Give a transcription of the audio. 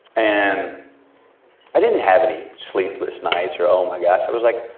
and i didn't have any sleepless nights or oh my gus. it was like,